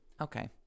Okay